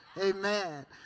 Amen